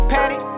Patty